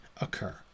occur